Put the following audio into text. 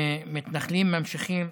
ומתנחלים ממשיכים